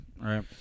right